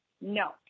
No